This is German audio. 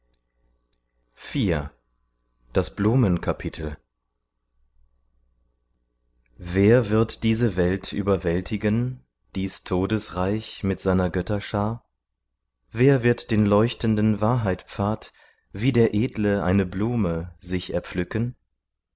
wer wird diese welt überwältigen dies todesreich mit seiner götterschar wer wird den leuchtenden wahrheitpfad wie der edle eine blume sich erpflücken wer